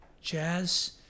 jazz